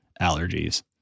Allergies